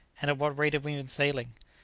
and at what rate have we been sailing?